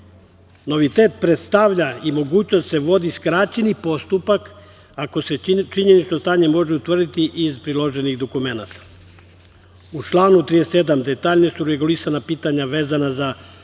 duže. Novitet predstavlja i mogućnost da se vodi skraćeni postupak ako se činjenično stanje može utvrditi iz priloženih dokumenata.U članu 37. detaljnije su regulisana pitanja vezana za okončanje